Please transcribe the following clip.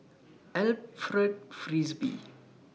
Alfred Frisby